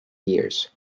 years